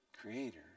creator